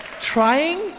Trying